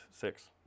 six